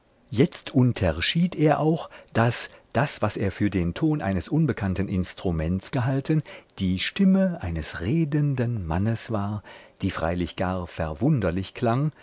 jetzt unterschied er auch daß das was er für den ton eines unbekannten instruments gehalten die stimme eines redenden mannes war die freilich gar verwunderlich klang